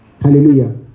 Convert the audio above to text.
Hallelujah